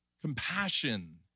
Compassion